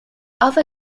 other